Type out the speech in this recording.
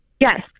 Yes